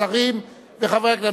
השרים וחברי הכנסת,